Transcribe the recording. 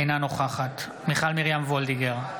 אינה נוכחת מיכל מרים וולדיגר,